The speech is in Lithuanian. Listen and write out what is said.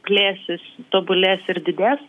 plėsis tobulės ir didės